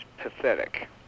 pathetic